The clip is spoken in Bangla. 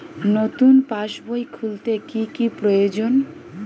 নতুন পাশবই খুলতে কি কি প্রয়োজন?